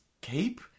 cape